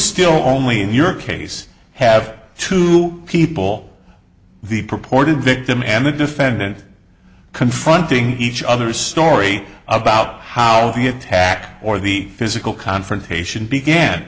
still only in your case have two people the purported victim and the defendant confronting each other story about how the attack or the physical confrontation began